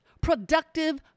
productive